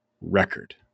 record